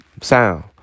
sound